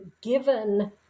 given